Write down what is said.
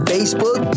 Facebook